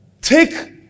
take